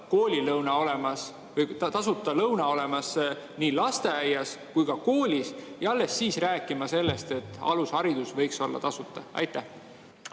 meil oleks tasuta lõuna olemas nii lasteaias kui ka koolis, ja alles siis rääkima sellest, et alusharidus võiks olla tasuta? Aitäh,